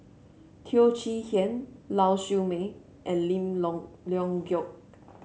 Teo Chee Hean Lau Siew Mei and Lim Long Leong Geok